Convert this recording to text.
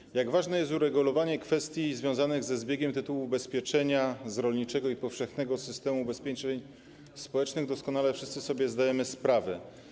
Z tego, jak ważne jest uregulowanie kwestii związanych ze zbiegiem tytułu ubezpieczenia z rolniczego i powszechnego systemu ubezpieczeń społecznych, doskonale wszyscy sobie zdajemy sprawę.